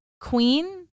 Queen